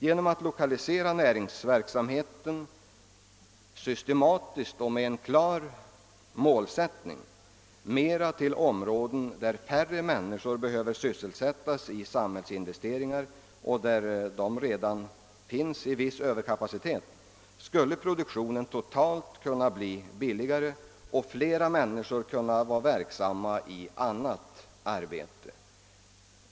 Genom att lokalisera näringsverksamheten systematiskt och med en klar målsättning mera till områden, där färre människor behöver sysselsättas i samhällsinvesteringar och där det redan kan finnas viss överkapacitet, skulle produktionen totalt kunna bli billigare och flera människor kunna vara verksamma i annat arbete.